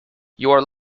your